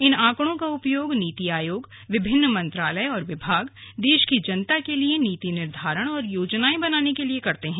इन आंकड़ों का उपयोग नीति आयोग विभिन्न मंत्रालय और विभाग देश की जनता के लिये नीति निर्धारण और योजनायें बनाने के लिए करते हैं